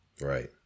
Right